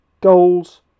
goals